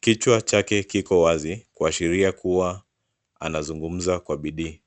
Kichwa chake kiko wazi, kuashiria kuwa anazungumza kwa bidii.